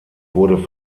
wurde